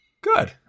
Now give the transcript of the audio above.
Good